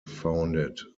founded